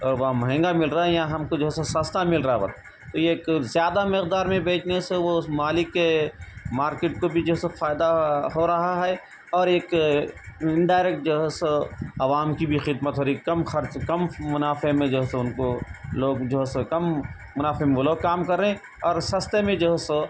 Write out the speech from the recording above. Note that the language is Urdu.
اور وہاں مہنگا مل رہا ہے یہاں ہم کو جو ہے سو سستا مل رہا ہے وہ تو یہ ایک زیادہ مقدار میں بیچنے سے وہ اس مالک کے مارکیٹ کو بھی جو ہے سو فائدہ ہو رہا ہے اور ایک انڈائریکٹ جو ہے سو عوام کی بھی خدمت ہو رہی ہے کم خرچ کم منافعہ میں جو ہے سو ان کو لوگ جو ہے سو کم منافعہ میں وہ لوگ کام کر رہے ہیں اور سستے میں جو ہے سو